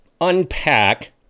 unpack